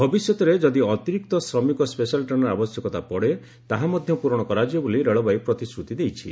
ଭବିଷ୍ୟତରେ ଯଦି ଅତିରିକ୍ତ ଶ୍ରମିକ ସ୍ୱେଶାଲ ଟ୍ରେନ୍ର ଆବଶ୍ୟକତା ପଡ଼େ ତାହା ମଧ୍ୟ ପୂରଣ କରାଯିବ ବୋଲି ରେଳବାଇ ପ୍ରତିଶ୍ରତି ଦେଇଛି